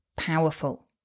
powerful